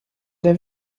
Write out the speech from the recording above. der